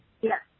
Yes